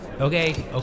okay